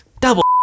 Double